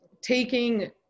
taking